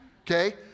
Okay